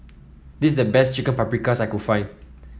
this is the best Chicken Paprikas that I can find